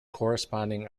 corresponding